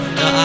no